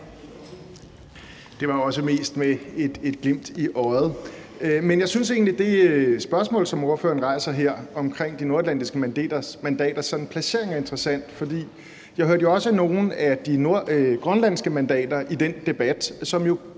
Det var også mest sagt med et glimt i øjet. Men jeg synes egentlig, at det spørgsmål, som ordføreren rejser her, om de nordatlantiske mandaters sådan placering, er interessant, for jeg hørte også nogle af de grønlandske mandater i den debat, som jo